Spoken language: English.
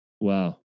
Wow